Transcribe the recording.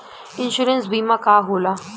Insurance बीमा का होला?